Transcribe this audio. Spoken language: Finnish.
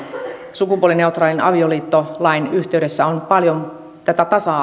sukupuolineutraalin avioliittolain yhteydessä on paljon tätä tasa